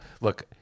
look